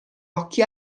occhi